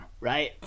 right